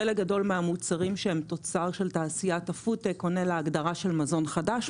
חלק גדול מהמוצרים שהם תוצר של תעשיית הפודטק עונה להגדרה של מזון חדש,